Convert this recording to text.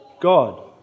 God